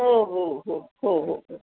हो हो हो हो हो हो